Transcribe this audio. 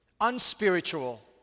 unspiritual